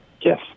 Yes